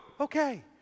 Okay